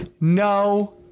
no